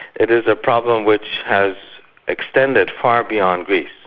it is a problem which has extended far beyond greece.